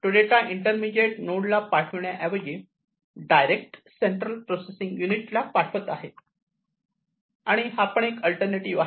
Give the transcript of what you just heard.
तो data intermediate नोंडला पाठविण्या ऐवजी डायरेक्ट सेंट्रल प्रोसेसर ला पाठवीत आहे आणि हा पण एक अल्टरनेटिव्ह आहे